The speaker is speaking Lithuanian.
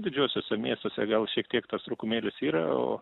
didžiuosiuose miestuose gal šiek tiek tas trūkumėlis yra o